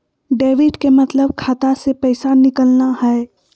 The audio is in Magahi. डेबिट के मतलब खाता से पैसा निकलना हय